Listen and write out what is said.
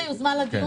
יישום של ההחלטות